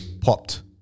popped